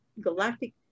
galactic